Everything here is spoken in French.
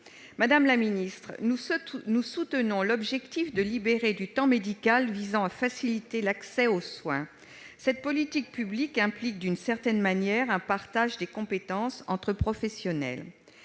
Madame la ministre, nous approuvons l'objectif de libérer du temps médical pour faciliter l'accès aux soins. Cette politique publique implique, d'une certaine manière, un partage des compétences entre professionnels.